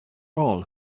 all